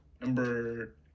Number